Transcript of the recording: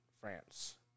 France